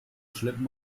schleppen